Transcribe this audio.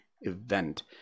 event